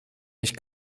mich